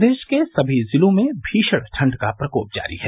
प्रदेश के सभी जिलों में भीषण ठंड का प्रकोप जारी है